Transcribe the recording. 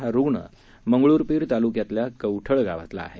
हा रुग्ण मंगरूळपीर तालुक्यातल्या कवठळ गावातला आहे